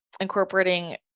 incorporating